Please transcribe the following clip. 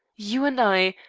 you and i,